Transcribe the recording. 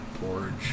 Porridge